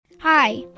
Hi